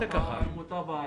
לעשות בעתיד,